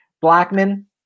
Blackman